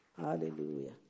Hallelujah